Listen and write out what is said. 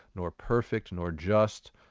nor perfect, nor just,